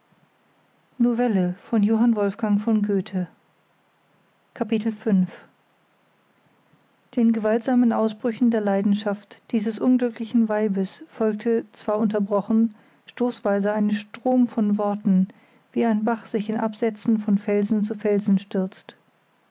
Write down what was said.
den gewaltsamen ausbrüchen der leidenschaft dieses unglücklichen weibes folgte zwar unterbrochen stoßweise ein strom von worten wie ein bach sich in absätzen von felsen zu felsen stürzt